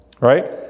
right